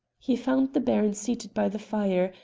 he found the baron seated by the fire,